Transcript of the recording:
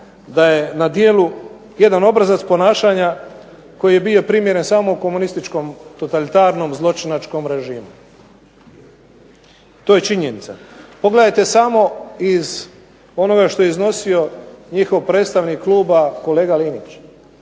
da je na djelu jedan obrazac ponašanja koji je bio primjeren samo u komunističkom totalitarnom zločinačkom režimu. To je činjenica. Pogledajte samo iz onoga što je iznosio njihov predstavnik kluba kolega Linić.